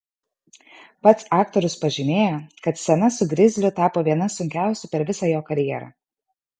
pats aktorius pažymėjo kad scena su grizliu tapo viena sunkiausių per visą jo karjerą